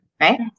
right